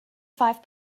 five